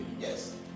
Yes